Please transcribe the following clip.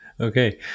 Okay